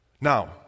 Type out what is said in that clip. Now